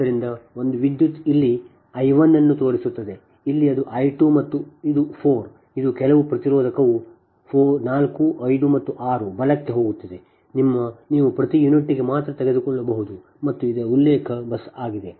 ಆದ್ದರಿಂದ ಒಂದು ವಿದ್ಯುತ್ ಇಲ್ಲಿ I 1 ಅನ್ನು ತೋರಿಸುತ್ತಿದೆ ಇಲ್ಲಿ ಅದು I 2 ಮತ್ತು ಇದು 4 ಇದು ಕೆಲವು ಪ್ರತಿರೋಧಕವು 4 5 ಮತ್ತು 6 ಬಲಕ್ಕೆ ಹೋಗುತ್ತಿದೆ ನೀವು ಪ್ರತಿ ಯೂನಿಟ್ಗೆ ಮಾತ್ರ ತೆಗೆದುಕೊಳ್ಳಬಹುದು ಮತ್ತು ಇದು ಉಲ್ಲೇಖ ಬಸ್ ಆಗಿದೆ